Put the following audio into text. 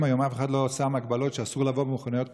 היום אף אחד לא שם הגבלות שאסור לבוא במכוניות פרטיות,